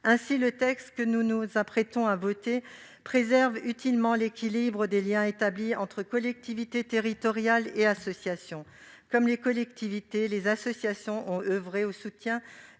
Ainsi, le texte que nous nous apprêtons à voter préserve utilement l'équilibre des liens établis entre collectivités territoriales et associations. Comme les collectivités, les associations ont oeuvré au soutien